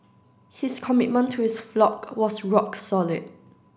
his commitment to his flock was rock solid